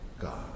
God